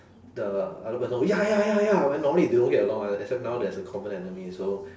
the other person will ya ya ya ya normally they don't get along [one] except now there's a common enemy so